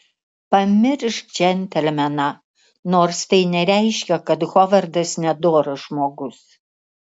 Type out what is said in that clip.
pamiršk džentelmeną nors tai nereiškia kad hovardas nedoras žmogus